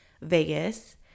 Vegas